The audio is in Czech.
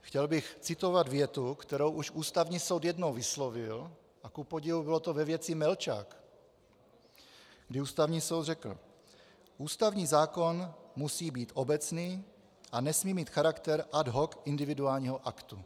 Chtěl bych citovat větu, kterou už Ústavní soud jednou vyslovil, a kupodivu bylo to ve věci Melčák, kdy Ústavní soud řekl: Ústavní zákon musí být obecný a nesmí mít charakter ad hoc individuálního aktu.